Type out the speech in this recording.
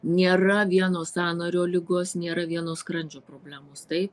nėra vieno sąnario ligos nėra vieno skrandžio problemos tai